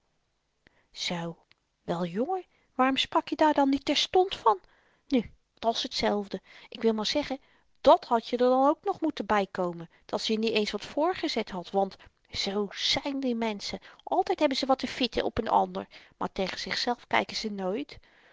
zoo wel jongen waarom sprak je daar dan niet terstond van nu dat's hetzelfde ik wil maar zeggen dàt had er dan ook nog moeten bykomen dat ze je niet eens wat voorgezet had want z zyn die menschen altyd hebben ze wat te vitten op n ander maar naar zichzelf kyken ze nooit